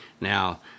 Now